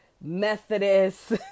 Methodist